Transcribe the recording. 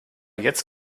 jetzt